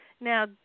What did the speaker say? Now